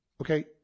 okay